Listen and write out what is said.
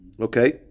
Okay